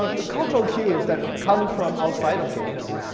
um there's cultural cues that come from outside of games.